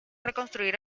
reconstruir